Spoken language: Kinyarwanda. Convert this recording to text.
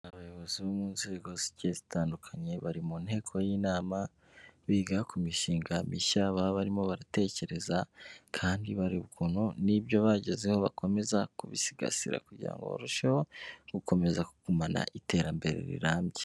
Abayobozi bo mu nzego'c zitandukanye bari mu nteko y'inama biga ku mishinga mishya baba barimo baratekereza kandi bareba ukuntu n'ibyo bagezeho bakomeza kubisigasira kugira ngo barusheho gukomeza kugumana iterambere rirambye.